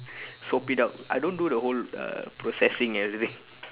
soap it up I don't do the whole uh processing everything